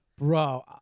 Bro